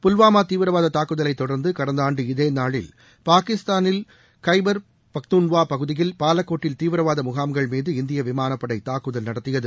புல்வாமா தீவிரவாத தாக்குதலை தொடர்ந்து கடந்த ஆண்டு இதே நாளில் பாகிஸ்தானில் கைபர் பக்துன்வா பகுதியில் பாலாகோட்டில் தீவிரவாத முகாம்கள் மீது இந்திய விமானப்படை தாக்குதல் நடத்தியது